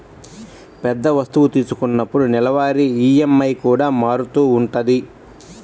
పెద్ద వస్తువు తీసుకున్నప్పుడు నెలవారీ ఈఎంఐ కూడా మారుతూ ఉంటది